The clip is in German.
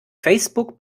facebook